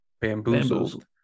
Bamboozled